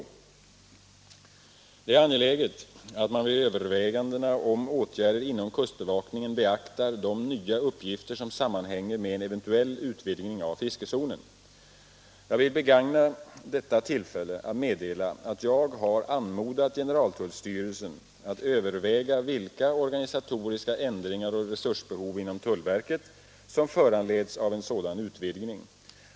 — Arkösund Det är angeläget att man vid övervägandena om åtgärder inom kustbevakningen beaktar de nya uppgifter som sammanhänger med en eventuell utvidgning av fiskezonen. Jag vill begagna detta tillfälle att meddela att jag har anmodat generaltullstyrelsen att överväga vilka organisatoriska ändringar och resursbehov inom tullverket 'som föranleds av en sådan utvidgning.